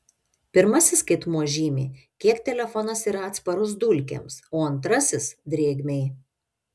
pirmasis skaitmuo žymi kiek telefonas yra atsparus dulkėms o antrasis drėgmei